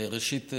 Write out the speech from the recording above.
ראשית,